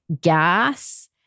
gas